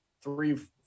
three